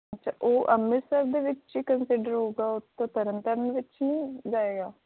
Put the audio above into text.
ਅੱਛਾ ਉਹ ਅੰਮ੍ਰਿਤਸਰ ਦੇ ਵਿੱਚ ਹੀ ਕੰਸੀਡਰ ਹੋਊਗਾ ਉਹ ਤਾਂ ਤਰਨਤਾਰਨ ਵਿੱਚ ਨਹੀਂ ਜਾਏਗਾ